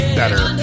better